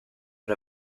out